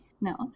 No